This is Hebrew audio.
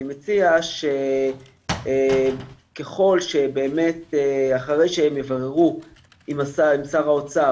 אני מציע שככל שאחרי שהם יבררו עם שר האוצר